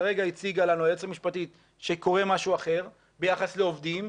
כרגע הציגה לנו היועצת המשפטית שקורה משהו אחר ביחס לעובדים,